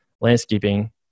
landscaping